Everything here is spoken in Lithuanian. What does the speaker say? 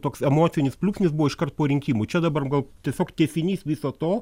toks emocinis pliūpsnis buvo iškart po rinkimų čia dabar gal tiesiog tęsinys viso to